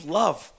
love